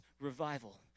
revival